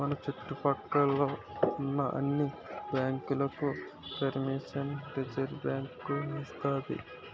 మన చుట్టు పక్క లో ఉన్న అన్ని బ్యాంకులకు పరిమిషన్ రిజర్వుబ్యాంకు ఇస్తాది